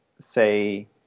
say